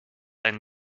ein